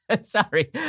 Sorry